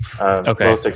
Okay